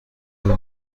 قول